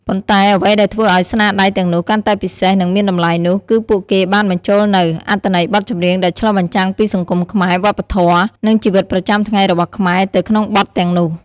ប៉ុន្តែអ្វីដែលធ្វើឲ្យស្នាដៃទាំងនោះកាន់តែពិសេស និងមានតម្លៃនោះ គឺពួកគេបានបញ្ចូលនូវ អត្ថន័យបទចម្រៀងដែលឆ្លុះបញ្ចាំងពីសង្គមខ្មែរ វប្បធម៌ និងជីវិតប្រចាំថ្ងៃរបស់ខ្មែរ ទៅក្នុងបទទាំងនោះ។